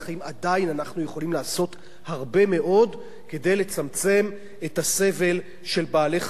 עדיין אנחנו יכולים לעשות הרבה מאוד כדי לצמצם את הסבל של בעלי-חיים,